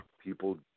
people